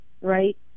right